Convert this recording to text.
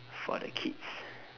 for the kids